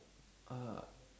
uh